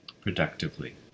productively